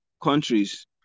countries